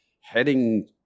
heading